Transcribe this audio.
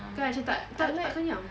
kan macam tak tak tak kenyang